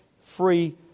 free